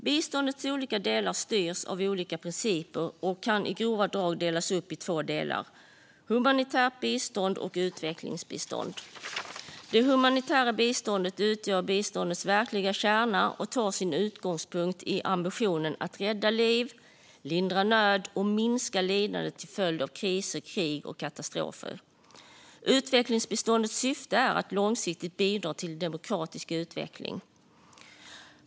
Biståndets olika delar styrs av olika principer och kan i grova drag delas upp i två delar: humanitärt bistånd och utvecklingsbistånd. Det humanitära biståndet utgör biståndets verkliga kärna och tar sin utgångspunkt i ambitionen att rädda liv, lindra nöd och minska lidande till följd av kriser, krig och katastrofer. Utvecklingsbiståndets syfte är att långsiktigt bidra till demokratisk utveckling.